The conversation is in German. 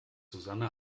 susanne